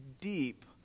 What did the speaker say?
deep